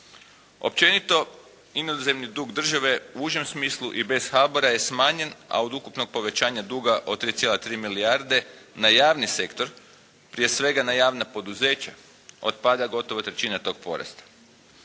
Općenito inozemni dug države u užem smislu i bez HBOR-a je smanjen a od ukupnog povećanja duga od 3,3 milijarde na javni sektor prije svega na javna poduzeća otpada gotovo trećina tog porasta.